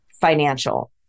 financial